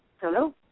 Hello